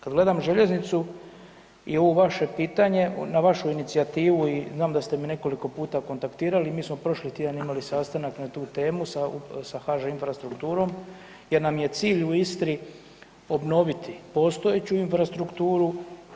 Kad gledam željeznicu i ovo vaše pitanje na vašu inicijativu i znam da ste me nekoliko puta kontaktirali i mi smo prošli tjedan imali sastanak na tu temu sa HŽ Infrastrukturom jer nam je cilj u Istri obnoviti postojeću infrastrukturu i